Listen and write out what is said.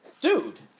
Dude